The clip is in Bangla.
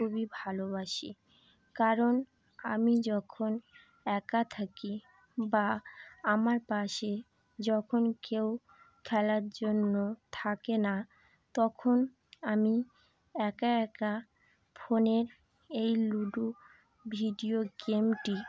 খুবই ভালোবাসি কারণ আমি যখন একা থাকি বা আমার পাশে যখন কেউ খেলার জন্য থাকে না তখন আমি একা একা ফোনের এই লুডো ভিডিও গেমটি